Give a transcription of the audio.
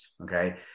Okay